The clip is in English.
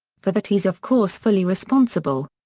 for that he is of course fully responsible.